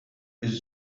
ist